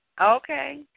Okay